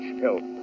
help